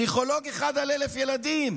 פסיכולוג אחד ל-1,000 ילדים,